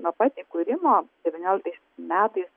nuo pat įkūrimo devynioliktais metais